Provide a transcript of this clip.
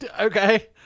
Okay